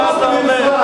מה אתה אומר?